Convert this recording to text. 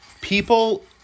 people